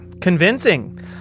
convincing